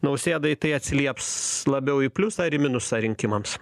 nausėdai tai atsilieps labiau į pliusą ar į minusą rinkimams